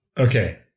Okay